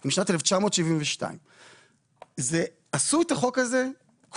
היא משנת 1972. עשו את החוק הזה כולל